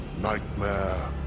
nightmare